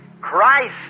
Christ